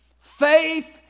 Faith